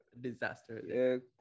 Disaster